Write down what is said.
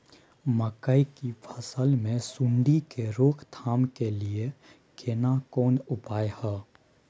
मकई की फसल मे सुंडी के रोक थाम के लिये केना कोन उपाय हय?